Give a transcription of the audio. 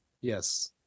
Yes